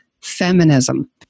feminism